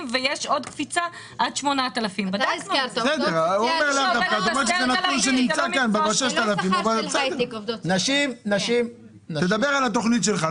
ויש עוד קפיצה עד 8,000. תדבר עכשיו על התוכנית שלך.